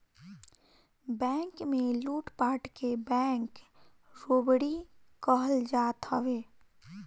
bank में लूटपाट के बैंक रोबरी कहल जात हवे